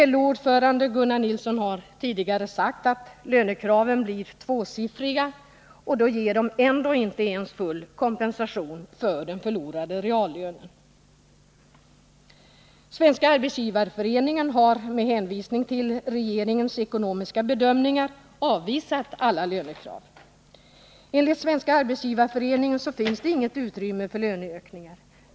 LO-ordföranden Gunnar Nilsson har tidigare sagt att lönekraven blir tvåsiffriga. och då ger de ändå inte ens full kompensation för den förlorade reallönen. Svenska arbetsgivareföreningen har med hänvisning till regeringens ekonomiska bedömningar avvisat alla lönekrav. Enligt Svenska arbetsgiva reföreningen finns det inget utrymme för löneökningar.